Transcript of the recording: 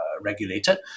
regulated